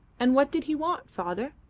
and what did he want, father?